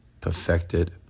perfected